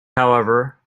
however